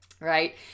right